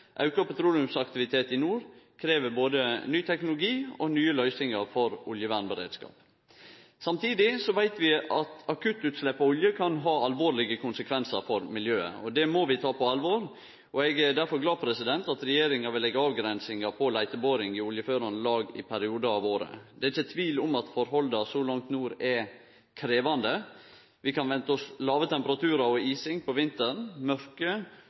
auka petroleumsaktivitet i nord krev både ny teknologi og nye løysingar for oljevernberedskap. Samtidig veit vi at akuttutslepp av olje kan ha alvorlege konsekvensar for miljøet. Det må vi ta på alvor, og eg er derfor glad for at regjeringa vil legge avgrensingar på leiteboring i oljeførande lag i periodar av året. Det er ikkje tvil om at tilhøva så langt nord er krevjande. Vi kan vente oss låge temperaturar og ising om vinteren, mørke